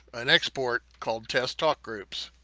an export called test talk groups.